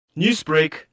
Newsbreak